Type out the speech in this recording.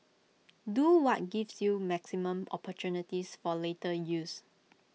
do what gives you maximum opportunities for later use